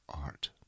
Art